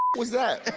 was that?